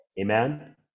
Amen